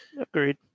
agreed